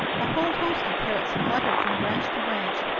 a whole host of parrots fluttered from branch to branch,